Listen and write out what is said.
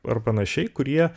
ar panašiai kurie